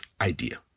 idea